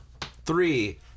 Three